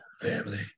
Family